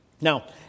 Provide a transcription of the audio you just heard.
Now